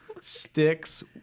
Sticks